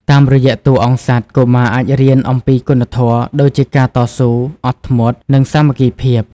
តាមរយៈតួអង្គសត្វ កុមារអាចរៀនអំពីគុណធម៌ ដូចជាការតស៊ូ អត់ធ្មត់ និងសាមគ្គីភាព។